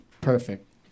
Perfect